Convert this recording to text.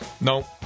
no